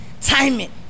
Timing